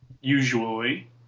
usually